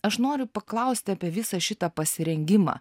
aš noriu paklausti apie visą šitą pasirengimą